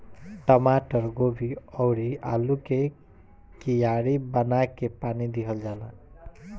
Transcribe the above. टमाटर, गोभी अउरी आलू के कियारी बना के पानी दिहल जाला